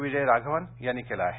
विजय राघवन यांनी केलं आहे